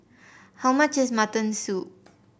how much is Mutton Soup